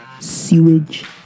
sewage